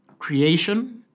Creation